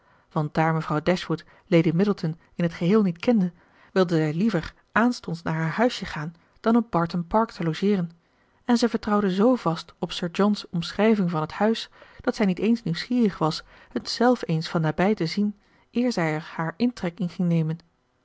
want daar mevrouw dashwood lady middleton in het geheel niet kende wilde zij liever aanstonds naar haar huisje gaan dan op barton park te logeeren en zij vertrouwde zoo vast op sir john's omschrijving van het huis dat zij niet eens nieuwsgierig was het zelf eens van nabij te zien eer zij er haar intrek ging nemen